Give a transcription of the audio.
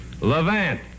Levant